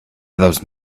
those